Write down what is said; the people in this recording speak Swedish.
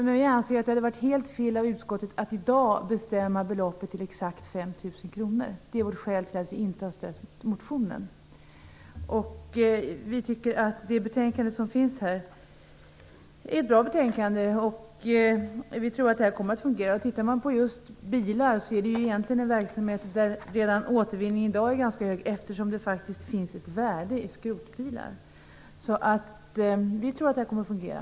Det hade varit helt fel av utskottet att i dag besluta att beloppet skulle vara exakt 5 000 kr. Detta är skälet till att vi inte har stött motionen. Det betänkande som föreligger är ett bra betänkande. Vi tror att detta kommer att fungera. När det gäller bilar är återvinningen redan i dag ganska stor, eftersom det faktiskt finns ett värde i skrotbilar. Vi tror att detta kommer att fungera.